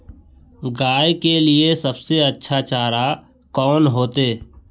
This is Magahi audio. गाय के लिए सबसे अच्छा चारा कौन होते?